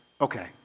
Okay